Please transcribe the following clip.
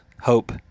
hope